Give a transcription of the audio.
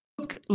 Look